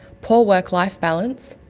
poor work life balance,